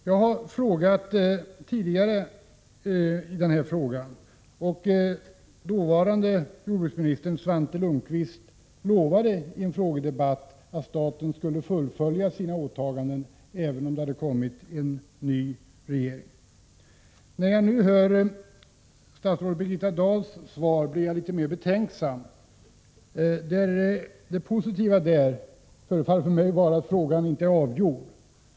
Jag har frågat tidigare, och den dåvarande jordbruksministern Svante Lundkvist lovade i en frågedebatt att staten skulle fullfölja sina åtaganden, även efter det att en ny regering hade tillträtt. När jag nu hör statsrådet Birgitta Dahls svar blir jag litet mer betänksam. Det positiva förefaller mig vara att frågan inte är avgjord.